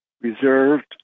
Reserved